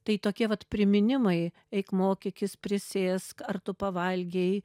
tai tokie vat priminimai eik mokykis prisėsk ar tu pavalgei